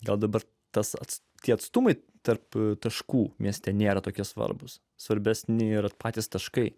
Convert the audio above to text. gal dabar tas kad tie atstumai tarp taškų mieste nėra tokie svarbūs svarbesni yra patys taškai